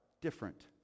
different